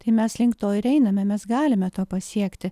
tai mes link to ir einame mes galime to pasiekti